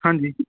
ਹਾਂਜੀ